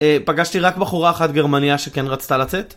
פגשתי רק בחורה אחת גרמניה שכן רצתה לצאת